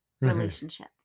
relationship